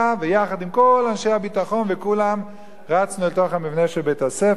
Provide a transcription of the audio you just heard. ויחד עם כל אנשי הביטחון וכולם רצנו אל תוך המבנה של בית-הספר,